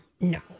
no